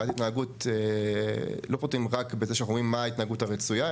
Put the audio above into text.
בעיית התנהגות לא פותרים רק בזה שאנחנו אומרים מה ההתנהגות הרצויה,